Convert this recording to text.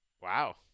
Wow